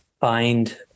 find